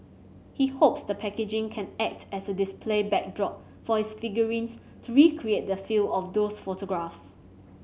he hopes the packaging can act as a display backdrop for his figurines to recreate the feel of those photographs